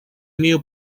имею